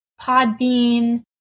Podbean